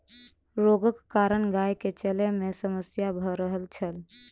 रोगक कारण गाय के चलै में समस्या भ रहल छल